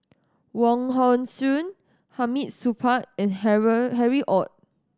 Wong Hong Suen Hamid Supaat and Harry Ord